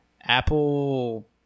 Apple